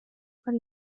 con